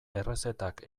errezetak